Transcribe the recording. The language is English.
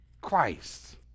Christ